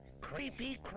Creepy